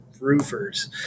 roofers